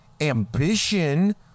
ambition